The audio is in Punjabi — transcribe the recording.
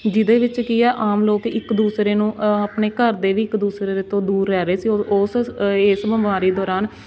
ਜਿਹਦੇ ਵਿੱਚ ਕੀ ਹੈ ਆਮ ਲੋਕ ਇੱਕ ਦੂਸਰੇ ਨੂੰ ਆਪਣੇ ਘਰ ਦੇ ਵੀ ਇੱਕ ਦੂਸਰੇ ਤੋਂ ਦੂਰ ਰਹਿ ਰਹੇ ਸੀ ਉ ਉਸ ਏਸ ਬਿਮਾਰੀ ਦੌਰਾਨ